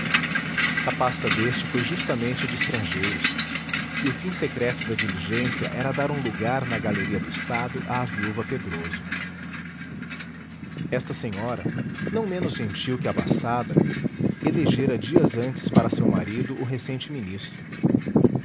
a pasta deste foi justamente a de estrangeiros e o fim secreto da diligência era dar um lugar na galeria do estado à viúva pedroso esta senhora não menos gentil que abastada elegera dias antes para seu marido o recente ministro